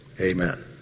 Amen